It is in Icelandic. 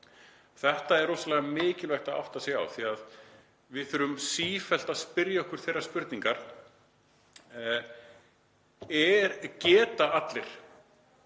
Þetta er rosalega mikilvægt að átta sig á. Við þurfum sífellt að spyrja okkur þeirrar spurningar: Geta allir